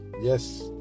yes